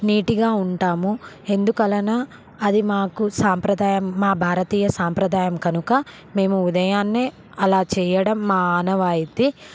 నీటిగా ఉంటాము ఎందుకనగా అది మాకు సాంప్రదాయం మా భారతీయ సాంప్రదాయం కనుక మేము ఉదయాన్నే అలా చేయడం మా ఆనవాయితి